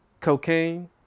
cocaine